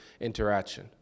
interaction